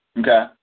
Okay